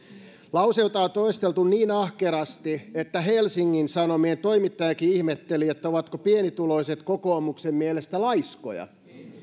lause jota on toisteltu niin ahkerasti että helsingin sanomien toimittajakin ihmetteli että ovatko pienituloiset kokoomuksen mielestä laiskoja